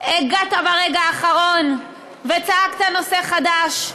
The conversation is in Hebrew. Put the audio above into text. הגעת ברגע האחרון וצעקת: נושא חדש,